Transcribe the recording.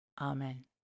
Amen